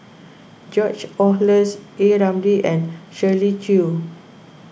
George Oehlers A Ramli and Shirley Chew